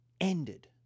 ended